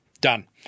done